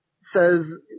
says